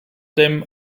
dem